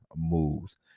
moves